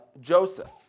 Joseph